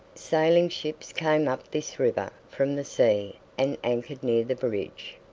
sailing-ships came up this river from the sea and anchored near the bridge.